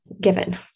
given